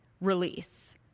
release